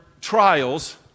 trials